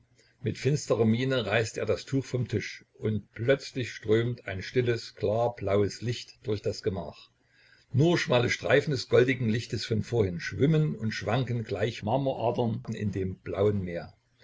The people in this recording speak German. mit finsterer miene reißt er das tuch vom tisch und plötzlich strömt ein stilles klar blaues licht durch das gemach nur schmale streifen des goldigen lichtes von vorhin schwimmen und schwanken gleich marmoradern in dem blauen meer